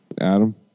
Adam